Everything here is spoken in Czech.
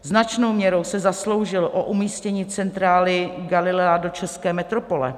Značnou měrou se zasloužil o umístění centrály Galilea do české metropole.